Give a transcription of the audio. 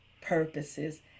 purposes